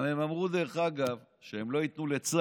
הם גם אמרו, דרך אגב, שהם לא ייתנו לצה"ל